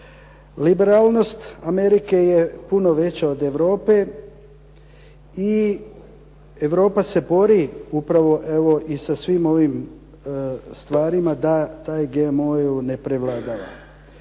Liberalnost Amerike je puno veća od Europe i Europa se bori upravo evo i sa svim ovim stvarima da taj GMO ne prevladava.